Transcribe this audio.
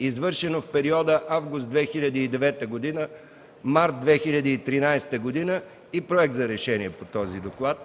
извършено в периода август 2009 – март 2013 г. и проект за решение по доклада.